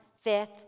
fifth